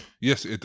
Yes